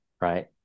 right